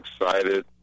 excited